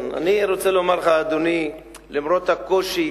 אני רוצה לומר לך, אדוני, למרות הקושי